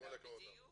ואתה בדיוק